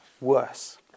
worse